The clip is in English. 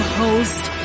host